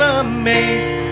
amazed